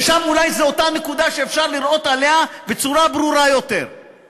ששם זאת אולי אותה נקודה שאפשר לראות בצורה ברורה יותר,